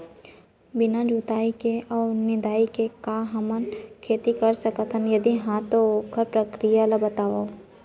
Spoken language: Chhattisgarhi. बिना जुताई अऊ निंदाई के का हमन खेती कर सकथन, यदि कहाँ तो ओखर प्रक्रिया ला बतावव?